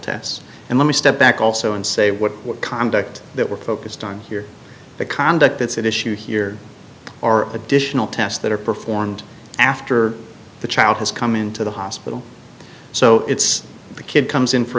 tests and let me step back also and say what what conduct that we're focused on here the conduct that's an issue here are additional tests that are performed after the child has come into the hospital so it's the kid comes in for